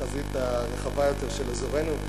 לחזית הרחבה יותר של אזורנו.